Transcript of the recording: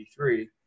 1983